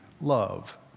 love